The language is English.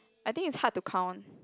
I think it's hard to count